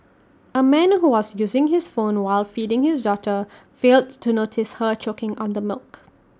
A man who was using his phone while feeding his daughter failed to notice her choking on the milk